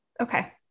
Okay